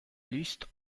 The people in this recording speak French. liste